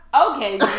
Okay